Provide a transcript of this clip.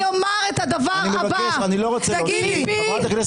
חברת הכנסת רייטן, אני לא רוצה להוציא.